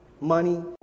Money